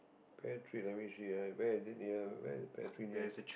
pear trees let me see ah where is it near where is the pear tree near